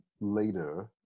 later